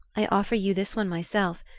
i offer you this one myself,